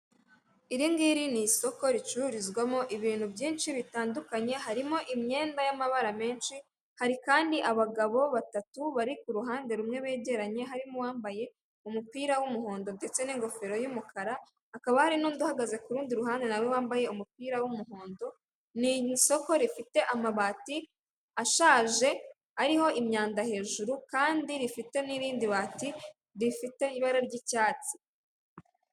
Iringiri ni isoko ricururizwamo ibintu byinshi bitandukanye harimo imyenda y'amabara menshi hari kandi abagabo batatu bari ku ruhande rumwe begeranye harimo uwambaye umupira w'umuhondo ndetse n'ingofero y'umukara akaba hari n'undi uhagaze kuru rundi ruhande nawe wambaye umupira w'umuhondo ni nk'isoko rifite amabati ashaje ariho imyanda hejuru kandi rifite n'irindi bati rifite ibara ry'icyatsi.